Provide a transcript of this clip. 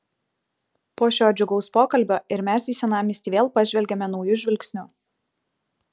po šio džiugaus pokalbio ir mes į senamiestį vėl pažvelgiame nauju žvilgsniu